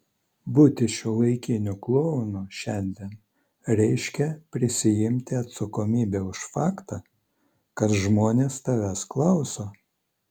būti šiuolaikiniu klounu šiandien reiškia prisiimti atsakomybę už faktą kad žmonės tavęs klauso